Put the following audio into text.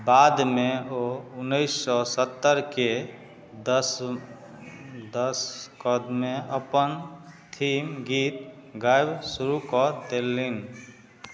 बादमे ओ उनैस सओ सत्तरिके दश दशकमे अपन थीम गीत गाएब शुरू कऽ देलनि